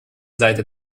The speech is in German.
seite